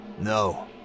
No